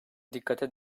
dikkate